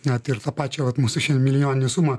net ir tą pačią vat mūsų šiandien milijoninę sumą